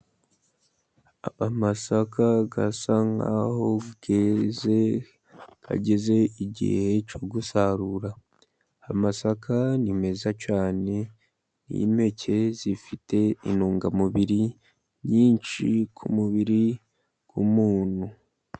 Amasaka asa naho yeze ageze igihe cyo gusarura; amasaka ni meza cyane n'impeke zifite intungamubiri nyinshi ku mubiri w'umuntu.